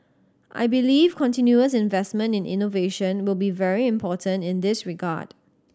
I believe continuous investment in innovation will be very important in this regard